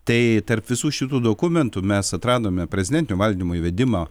tai tarp visų šitų dokumentų mes atradome prezidentinio valdymo įvedimą